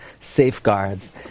safeguards